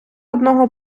одного